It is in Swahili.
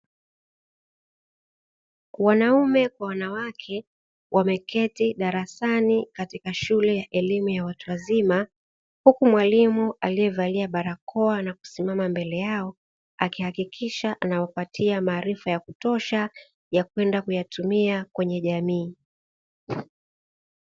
Wanaume kwa wanawake wameketi darasani katika shule ya elimu ya watu wazima huku mwalimu aliyevalia barakoa na kusimama mbele yao akihakikisha anawapatia maarifa ya kutosha ya kwenda kuyatumia kwenye jamii.